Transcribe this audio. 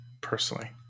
personally